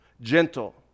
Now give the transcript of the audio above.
gentle